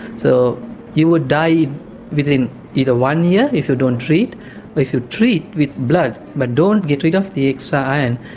so you would die within either one year if you don't treat or if you treat with blood but don't get rid of the extra iron,